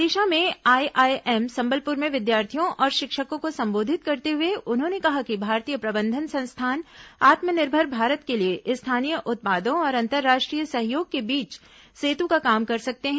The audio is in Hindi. ओड़िसा में आईआईएम संबलपुर में विद्यार्थियों और शिक्षकों को संबोधित करते हुए उन्होंने कहा कि भारतीय प्रबंधन संस्थान आत्मनिर्भर भारत के लिए स्थानीय उत्पादों और अंतरराष्ट्रीय सहयोग के बीच सेतू का काम कर सकते हैं